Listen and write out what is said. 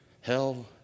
Hell